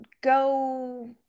go